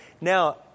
now